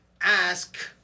ask